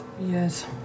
Yes